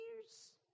years